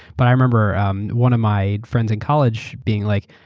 but i remember um one of my friends in college being like,